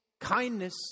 kindness